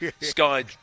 sky